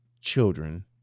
children